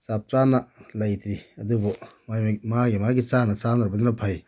ꯆꯞ ꯆꯥꯅ ꯂꯩꯇ꯭ꯔꯤ ꯑꯗꯨꯕꯨ ꯃꯥꯒꯤ ꯃꯥꯒꯤ ꯆꯥꯟꯅ ꯆꯥꯟꯅꯔꯨꯕꯗꯨꯅ ꯐꯩ